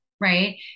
right